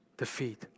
Defeat